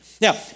Now